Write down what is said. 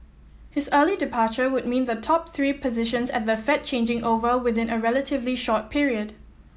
his early departure would mean the top three positions at the Fed changing over within a relatively short period